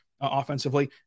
offensively